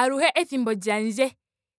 Aluhe ethimbo lyandje